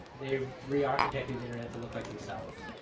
they have re-architected the internet to look like themselves.